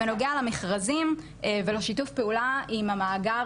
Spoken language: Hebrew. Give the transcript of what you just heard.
בנוגע למכרזים ולשיתוף הפעולה עם המאגר